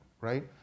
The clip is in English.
right